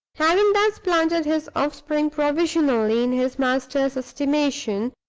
having thus planted his offspring provisionally in his master's estimation,